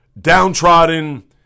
downtrodden